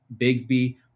bigsby